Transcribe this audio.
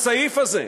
הסעיף הזה,